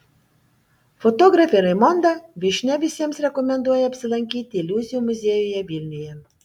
fotografė raimonda vyšnia visiems rekomenduoja apsilankyti iliuzijų muziejuje vilniuje